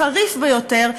החריף ביותר,